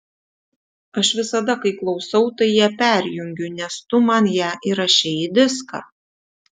aš visada kai klausau tai ją perjungiu nes tu man ją įrašei į diską